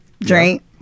Drink